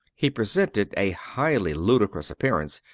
he presented a highly ludicrous appearance,